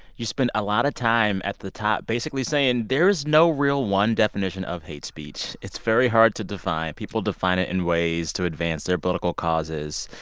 you spent a lot of time at the top basically saying, there is no real one definition of hate speech. it's very hard to define. people define it in ways to advance their political causes.